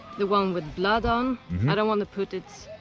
the one with blood on i don't want to put it.